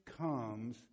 comes